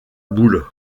boule